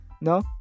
No